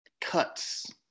Cuts